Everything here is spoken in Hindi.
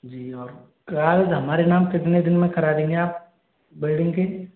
जी और फिलहाल तो हमारे नाम कितने दिन में करा देंगे आप बिल्डिंग की